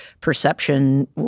perception